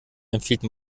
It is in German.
empfiehlt